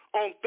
on